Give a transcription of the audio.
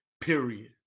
period